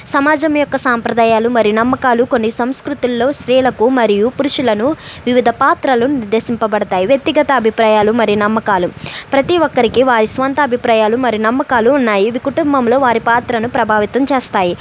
సమాజం యొక్క సాంప్రదాయాలు మరి నమ్మకాలు కొన్ని సంస్కృతులలో స్త్రీలకు మరియు పురుషులను వివిధ పాత్రలు నిర్దేశింపబడతాయి వ్యక్తిగత అభిప్రాయాలు మరియు నమ్మకాలు ప్రతీ ఒక్కరికి వారి సొంత అభిప్రాయాలు మరి నమ్మకాలు ఉన్నాయి ఇవి కుటుంబంలో వారి పాత్రను ప్రభావితం చేస్తాయి